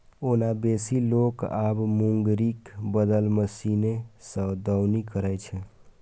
ओना बेसी लोक आब मूंगरीक बदला मशीने सं दौनी करै छै